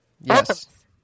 Yes